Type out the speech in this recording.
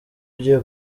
ugiye